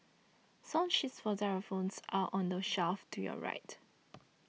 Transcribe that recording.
song sheets for xylophones are on the shelf to your right